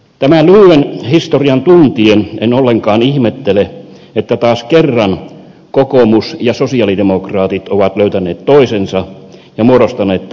tämän lyhyen historian tuntien en ollenkaan ihmettele että taas kerran kokoomus ja sosialidemokraatit ovat löytäneet toisensa ja muodostaneet tämän hallituksen